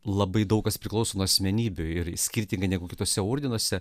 labai daug kas priklauso nuo asmenybių ir skirtingai negu kituose ordinuose